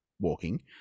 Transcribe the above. walking